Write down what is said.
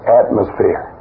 atmosphere